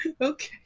Okay